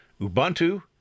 Ubuntu